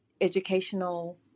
educational